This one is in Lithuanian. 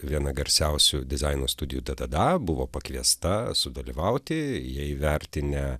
viena garsiausių dizaino studijų dadada buvo pakviesta sudalyvauti jie įvertinę